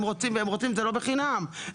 זה לא בחינם,